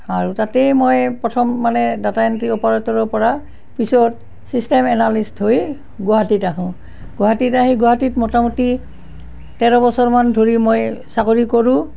আৰু তাতেই মই প্ৰথম মানে ডাটা এণ্ট্ৰী অপাৰেটৰৰ পৰা পিছত ছিষ্টেম এনালিষ্ট হৈ গুৱাহাটীত আহোঁ গুৱাহাটীত আহি গুৱাহাটীত মোটামুটি তেৰ বছৰমান ধৰি মই চাকৰি কৰোঁ